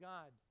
God